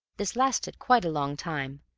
this lasted quite a long time,